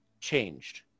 changed